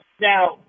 Now